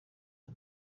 the